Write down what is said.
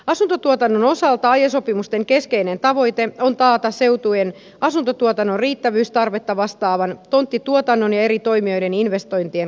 asuntotuotannon osalta aiesopimusten keskeinen tavoite on taata seutujen asuntotuotannon riittävyys tarvetta vastaavan tonttituotannon ja eri toimijoiden investointien kautta